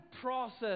process